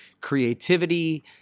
creativity